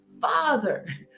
father